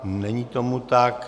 Není tomu tak.